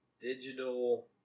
Digital